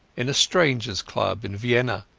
in a strangersa club in vienna,